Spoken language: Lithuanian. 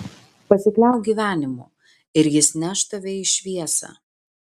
pasikliauk gyvenimu ir jis neš tave į šviesą